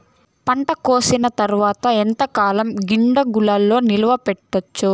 పంట కోసేసిన తర్వాత ఎంతకాలం గిడ్డంగులలో నిలువ పెట్టొచ్చు?